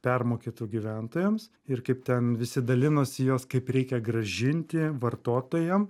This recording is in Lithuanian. permokėtų gyventojams ir kaip ten visi dalinosi juos kaip reikia grąžinti vartotojam